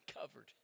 covered